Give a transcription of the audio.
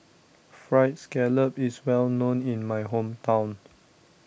Fried Scallop is well known in my hometown